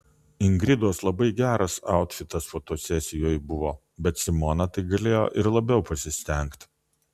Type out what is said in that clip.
ingridos labai geras autfitas fotosesijoj buvo bet simona tai galėjo ir labiau pasistengt